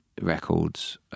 records